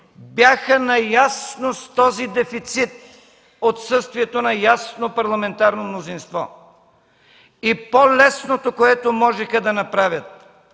бяха наясно с този дефицит – отсъствието на ясно парламентарно мнозинство. И по-лесното, което можеха да направят,